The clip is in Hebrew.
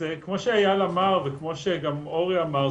כמו שאיל אמר וכמו שגם אורי אמר,